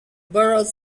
borrowed